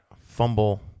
fumble